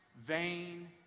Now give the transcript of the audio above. vain